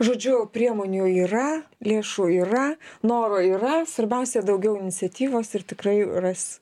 žodžiu priemonių yra lėšų yra noro yra svarbiausia daugiau iniciatyvos ir tikrai ras